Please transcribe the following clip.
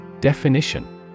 Definition